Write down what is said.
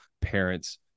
parents